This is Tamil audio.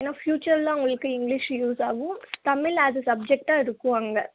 ஏன்னால் ஃப்யூச்சரில் அவங்களுக்கு இங்கிலீஷ் யூஸ் ஆகும் தமிழ் அது சப்ஜெக்டாக இருக்கும் அங்கே